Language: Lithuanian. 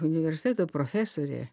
universiteto profesorė